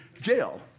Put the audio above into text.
jail